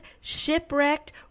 shipwrecked